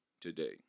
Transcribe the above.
today